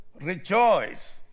rejoice